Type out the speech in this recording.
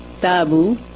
Tabu